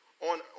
on